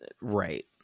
right